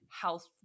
health